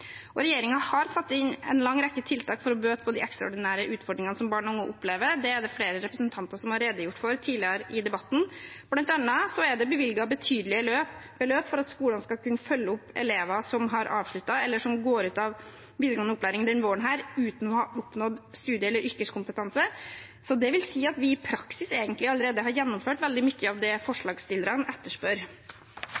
har satt inn en lang rekke tiltak for å bøte på de ekstraordinære utfordringene som barn og unge opplever. Det er det flere representanter som har redegjort for tidligere i debatten. Blant annet er det bevilget betydelige beløp for at skolene skal kunne følge opp elever som har avsluttet, eller som går ut av videregående opplæring denne våren uten å ha oppnådd studie- eller yrkeskompetanse. Det vil si at vi egentlig i praksis allerede har gjennomført veldig mye av det